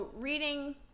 reading